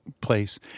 place